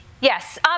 Yes